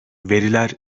veriler